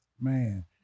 Man